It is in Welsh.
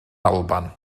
alban